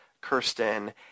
Kirsten